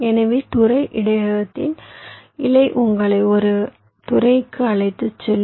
எனவே துறை இடையகத்தின் இலை உங்களை ஒரு துறைக்கு அழைத்துச் செல்லும்